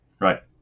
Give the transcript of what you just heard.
Right